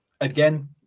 again